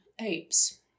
apes